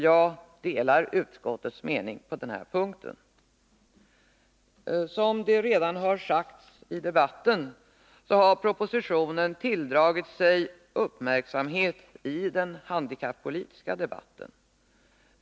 Jag delar utskottets mening på den här punkten. Som redan har sagts i debatten har propositionen tilldragit sig uppmärksamhet i den handikappolitiska debatten.